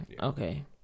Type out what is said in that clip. Okay